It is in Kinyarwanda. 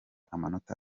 amanota